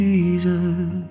Jesus